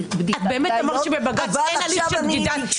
באמת בג"צ אין הליך של בחינת עובדות?